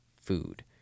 food